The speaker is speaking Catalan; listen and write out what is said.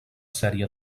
sèrie